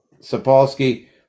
Sapolsky